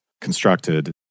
constructed